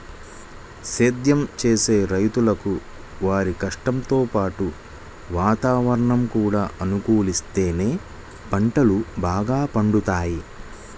సేద్దెం చేసే రైతులకు వారి కష్టంతో పాటు వాతావరణం కూడా అనుకూలిత్తేనే పంటలు బాగా పండుతయ్